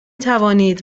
توانید